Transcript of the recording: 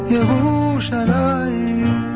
Yerushalayim